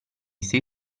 sei